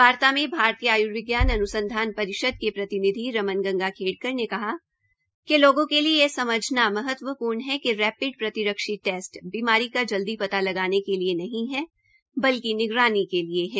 वार्ता में भारतीय आय्र्विज्ञान अन्संधान परिषद के प्रतिनिधि रमन गंगा खेडकर ने कहा कि लोगों के लिए यह समझना महत्वपूर्ण है क रेपिड प्रतिरोधी टेस्ट बीमारी का जल्द पता लगाने के लिए नहीं है बल्कि निगरानी के लिए है